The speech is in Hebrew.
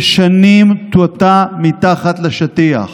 ששנים טואטא מתחת לשטיח.